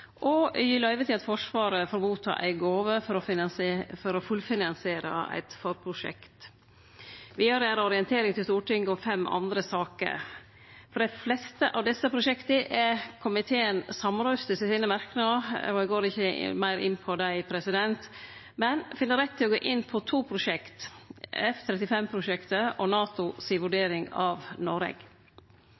og gir Forsvaret løyve til å ta imot ei gåve for å fullfinansiere eit forprosjekt. Vidare er det ei orientering til Stortinget om fem andre saker. For dei fleste av desse prosjekta er komiteen samrøystes i sine merknader, og eg går ikkje meir inn på dei, men finn det rett å gå inn på to prosjekt: F-35-prosjektet og NATO si vurdering av Noreg.